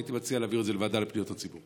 הייתי מציע להעביר את זה לוועדה לפניות הציבור.